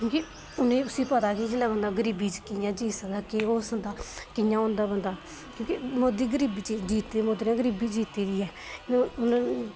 क्योंकि उ'नें पता गै जिसलै बंदा गरीबी च कि'यां जी सकदा केह् हो सकदा रौंह्दा क्योंकि मोदी गरीबी च जीते दा मोदी ने गरीबी जित्ती दी ऐ होर उ'नेंगी